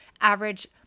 average